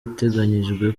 iteganyijwe